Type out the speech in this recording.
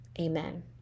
amen